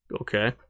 okay